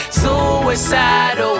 suicidal